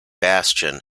bastion